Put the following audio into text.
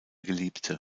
geliebte